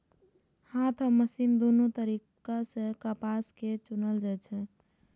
हाथ आ मशीन दुनू तरीका सं कपास कें चुनल जाइ छै